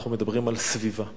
אנחנו מדברים על סביבה.